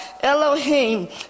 Elohim